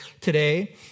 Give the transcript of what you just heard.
today